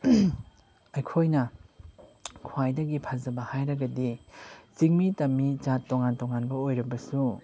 ꯑꯩꯈꯣꯏꯅ ꯈ꯭ꯋꯥꯏꯗꯒꯤ ꯐꯖꯕ ꯍꯥꯏꯔꯒꯗꯤ ꯆꯤꯡꯃꯤ ꯇꯝꯃꯤ ꯖꯥꯠ ꯇꯣꯉꯥꯟ ꯇꯣꯉꯥꯟꯕ ꯑꯣꯏꯔꯕꯁꯨ